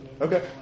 Okay